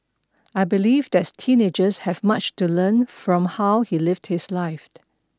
I believe that's teenagers have much to learn from how he lived his life